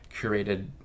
curated